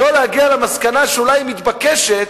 לא להגיע למסקנה שאולי מתבקשת,